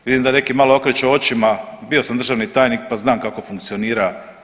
Vidim da neki malo okreću očima, bio sam državni tajnik pa znam kako funkcionira.